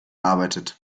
arbeitet